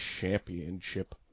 championship